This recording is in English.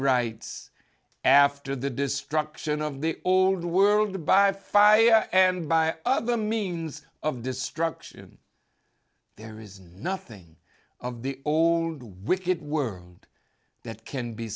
writes after the destruction of the old world by five and by other means of destruction there is nothing of the old wicked world that can be